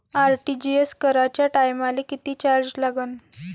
RTGS कराच्या टायमाले किती चार्ज लागन?